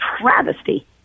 Travesty